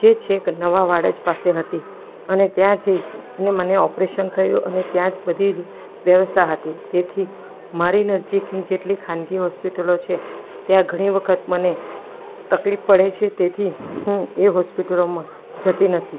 જે છેક નવા વાડજ પાસે હતી અને ત્યાં જઈ અને મને ઓપરેશન કર્યું અને ત્યાં જ બધી વ્યવસ્થા હતી તેથી મારી નજીકની જેટલી ખાનગી હોસ્પિટલો છે ત્યાં ઘણી વખત મને તકલીફ પડે છે તેથી હું એ હોસ્પિટલોમાં જતી નથી